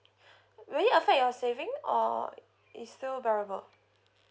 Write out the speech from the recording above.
will it affect your saving or it's still bearable